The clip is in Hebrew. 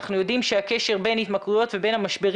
אנחנו יודעים שהקשר בין התמכרויות לבין המשברים